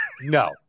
No